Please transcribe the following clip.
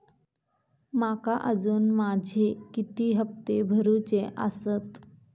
माका अजून माझे किती हप्ते भरूचे आसत?